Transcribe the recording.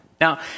Now